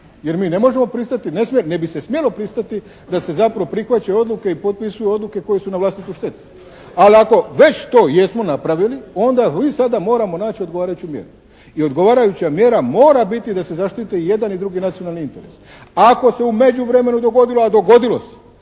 jer mi ne možemo pristati, ne bi se smjelo pristati da se zapravo prihvaćaju odluke i potpisuju odluke koje su na vlastitu štetu. Ali ako već to jesmo napravili onda mi sada moramo naći odgovarajuću mjeru i odgovarajuća mjera biti da se zaštite jedan i drugi nacionalni interes. Ako se u međuvremenu dogodi, a dogodilo se,